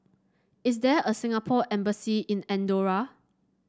is there a Singapore Embassy in Andorra